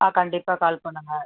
ஆ கண்டிப்பாக கால் பண்ணுங்கள்